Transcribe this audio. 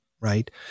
Right